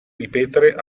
ripetere